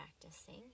practicing